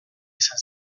izan